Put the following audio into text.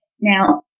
Now